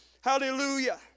Hallelujah